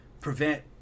prevent